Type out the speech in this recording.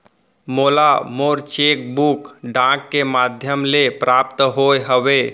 मोला मोर cheque book डाक के मध्याम ले प्राप्त होय हवे